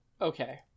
Okay